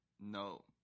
No